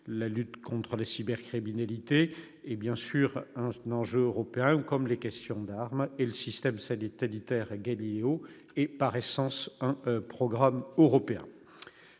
La lutte contre la cybercriminalité est bien sûr un enjeu européen, comme les questions d'armes. Quant au système satellitaire Galileo, il est par essence un programme européen.